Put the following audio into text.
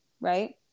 right